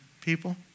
people